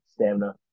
stamina